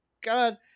god